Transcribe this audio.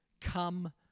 Come